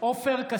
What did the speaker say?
(קורא בשמות חברי הכנסת) עופר כסיף,